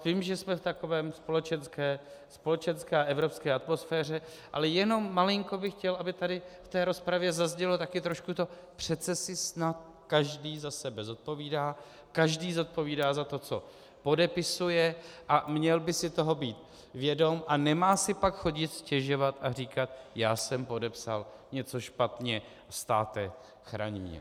Vím, že jsme v takové společenské evropské atmosféře, ale jenom malinko bych chtěl, aby tady v té rozpravě zaznělo taky trošku to přece si snad každý za sebe zodpovídá, každý zodpovídá za to, co podepisuje, a měl by si toho být vědom, a nemá si pak chodit stěžovat a říkat: já jsem podepsal něco špatně, státe, chraň mě.